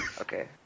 Okay